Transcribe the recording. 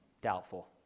doubtful